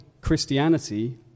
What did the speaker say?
Christianity